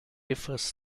differs